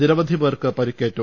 നിരവധി പേർക്ക് പരുക്കേറ്റു